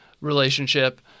relationship